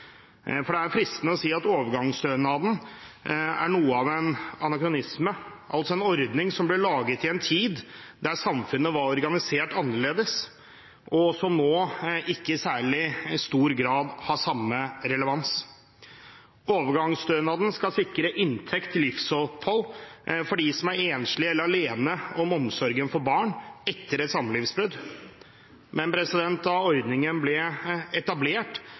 selvforsørgende. Det er fristende å si at overgangsstønaden er noe av en anakronisme, altså en ordning som ble laget i en tid der samfunnet var organisert annerledes, og som nå ikke i særlig stor grad har samme relevans. Overgangsstønaden skal sikre inntekt til livsopphold for dem som er enslige eller alene om omsorgen for barn etter et samlivsbrudd. Men da ordningen ble etablert,